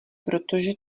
protože